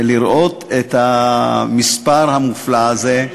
שראיתי את המספר המופלא הזה,